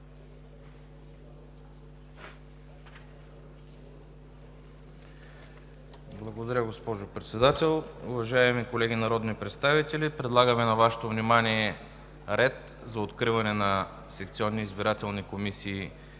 Благодаря, госпожо Председател. Уважаеми колеги народни представители! Предлагаме на Вашето внимание ред за откриване на секционни избирателни комисии